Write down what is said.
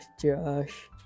Josh